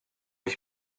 ich